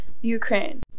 Ukraine